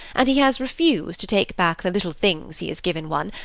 and he has refused to take back the little things he has given one,